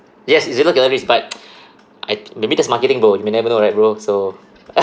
yes it's zero calories but I maybe that's marketing bro you may never know right bro so